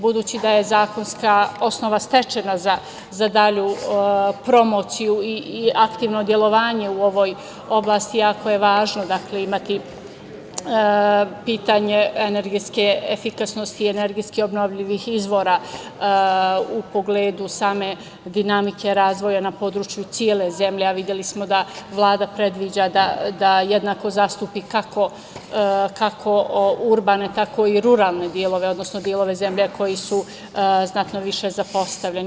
Budući da je zakonska osnova stečena za dalju promociju i aktivno delovanje u ovoj oblasti, jako je važno imati pitanje energetske efikasnosti i energetski obnovljivih izvora u pogledu same dinamike razvoja na području cele zemlje, a videli smo da Vlada predviđa da jednako zastupi kako urbane, tako i ruralne delove, odnosno delove zemlje koji su znatno više zapostavljeni.